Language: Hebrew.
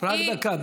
רק דקה.